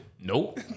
Nope